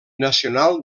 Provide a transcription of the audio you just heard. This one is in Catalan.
nacional